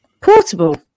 Portable